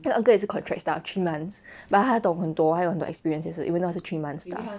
那个 uncle 也是 contract staff three months but 他懂很多他有很多 experience 也是因为他是 three months staff